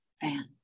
fan